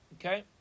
Okay